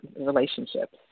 relationships